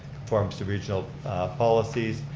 conforms to regional policies,